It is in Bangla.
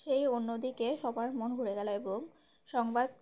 সেই অন্যদিকে সবার মন ঘুরে গেল এবং সংবাদ